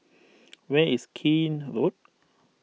where is Keene Road